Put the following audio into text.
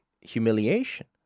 humiliation